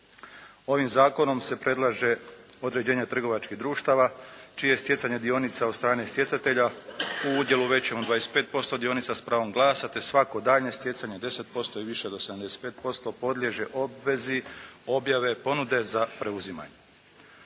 Ovim zakonom se predlaže određenje trgovačkih društava čije stjecanje dionica od strane stjecatelja u udjelu većem od 25% dionica s pravom glasa te svako daljnje stjecanje 10% i više do 75% podliježe obvezi objave ponude za preuzimanje.